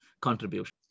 contribution